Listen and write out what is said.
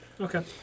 Okay